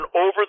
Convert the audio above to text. over